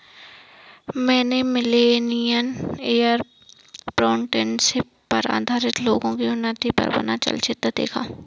मैंने millennial entrepreneurship पर आधारित लोगो की उन्नति पर बना चलचित्र देखा